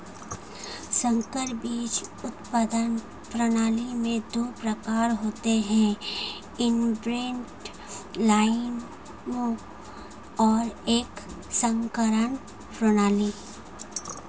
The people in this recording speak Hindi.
संकर बीज उत्पादन प्रणाली में दो प्रकार होते है इनब्रेड लाइनें और एक संकरण प्रणाली